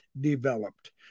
developed